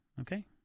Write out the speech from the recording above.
Okay